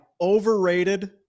overrated